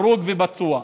הרוג ופצוע,